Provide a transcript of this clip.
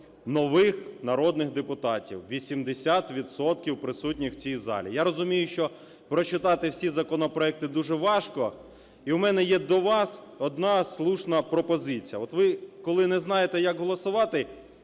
нових народних депутатів - 80 відсотків присутніх у цій залі. Я розумію, що прочитати всі законопроекти дуже важко, і у мене є до вас одна слушна пропозиція, от ви, коли не знаєте, як голосувати,